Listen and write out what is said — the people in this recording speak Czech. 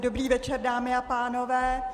Dobrý večer, dámy a pánové.